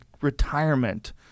retirement